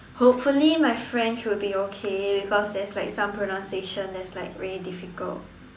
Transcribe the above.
hopefully my French would be okay because there's like some pronunciation that's like very difficult